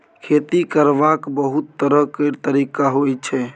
खेती करबाक बहुत तरह केर तरिका होइ छै